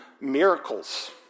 miracles